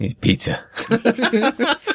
Pizza